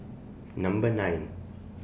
Number nine